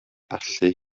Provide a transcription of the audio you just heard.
allu